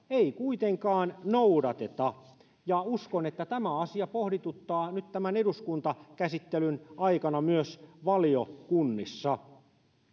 ei kuitenkaan noudateta ja uskon että tämä asia pohdituttaa nyt tämän eduskuntakäsittelyn aikana myös valiokunnissa